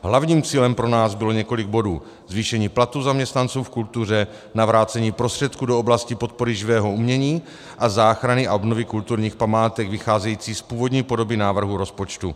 Hlavním cílem pro nás bylo několik bodů: zvýšení platů zaměstnanců v kultuře, navrácení prostředků do oblasti podpory živého umění a záchrany a obnovy kulturních památek, vycházející z původní podoby návrhu rozpočtu.